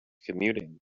commuting